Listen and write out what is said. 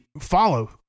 Follow